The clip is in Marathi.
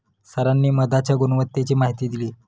सरांनी मधाच्या गुणवत्तेची माहिती दिली